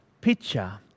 picture